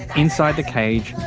inside the cage,